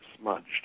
smudged